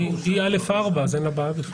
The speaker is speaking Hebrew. היא באשרה א/4 כך שאין לי בעיה.